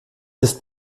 ist